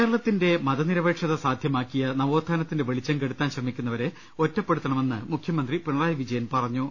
കേരളത്തിന്റെ മതനിരപേക്ഷത സാധ്യമാക്കിയ നവോത്ഥാനത്തിന്റെ വെളിച്ചം കെടുത്താൻ ശ്രമിക്കുന്നവരെ ഒറ്റപ്പെടുത്തണമെന്ന് മുഖ്യമന്ത്രി പിണ റായി വിജയൻ പറഞ്ഞു